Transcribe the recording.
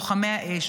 לוחמי האש,